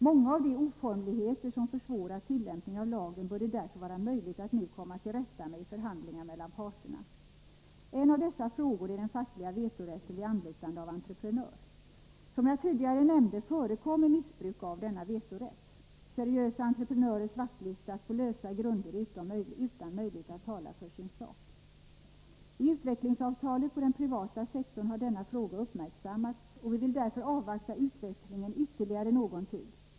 Många av de oformligheter som försvårat tillämpningen av lagen bör det därför vara möjligt att nu komma till rätta med i förhandlingar mellan parterna. En av dessa frågor är den fackliga vetorätten vid anlitande av entreprenör. Som jag tidigare nämnde förekommer missbruk av denna vetorätt. Seriösa entreprenörer svartlistas på lösa grunder och utan möjlighet att tala för sin sak. I utvecklingsavtalet på den privata sektorn har denna fråga uppmärksammats. Vi vill därför avvakta utvecklingen ytterligare någon tid.